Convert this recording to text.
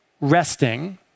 resting